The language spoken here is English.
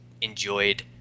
enjoyed